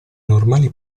normali